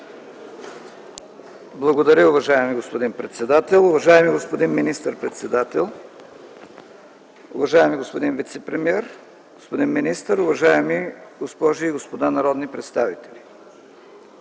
Благодаря, уважаеми господин председател. Уважаеми господин министър-председател, уважаеми господин вицепремиер, господин министър, уважаеми госпожи и господа народни представители!